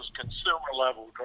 consumer-level